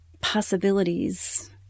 possibilities